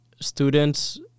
students